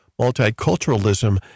multiculturalism